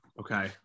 Okay